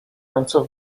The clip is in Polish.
końcu